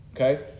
Okay